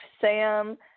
Sam